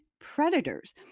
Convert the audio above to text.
predators